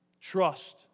Trust